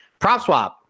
PropSwap